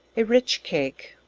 a rich cake.